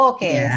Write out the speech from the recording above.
Okay